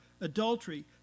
adultery